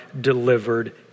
delivered